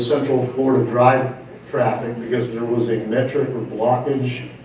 central florida driver traffic, because there was a metric with the lockage,